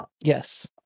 yes